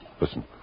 Listen